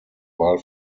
wahl